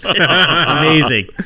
Amazing